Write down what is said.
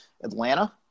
Atlanta